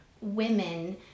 women